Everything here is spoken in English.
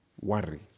worry